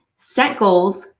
set goals,